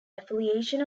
affiliation